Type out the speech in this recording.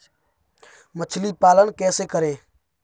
मछली पालन कैसे करें?